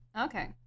Okay